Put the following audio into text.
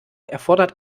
erfordert